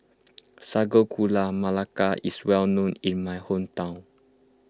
Sago Gula Melaka is well known in my hometown